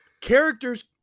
Characters